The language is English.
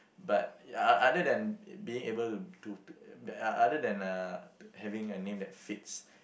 but o~ other than being able to to to uh other than uh to having a name that fits